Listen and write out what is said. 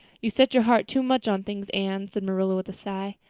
you set your heart too much on things, anne, said marilla, with a sigh.